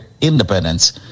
independence